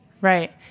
Right